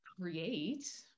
create